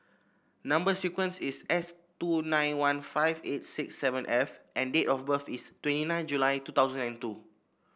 number sequence is S two nine one five eight six seven F and date of birth is twenty nine July two thousand and two